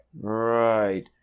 Right